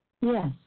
Yes